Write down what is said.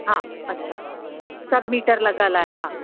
हा अच्छा सभु मीटर लॻियलु आहे हा